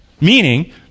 Meaning